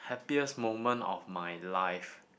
happiest moment of my life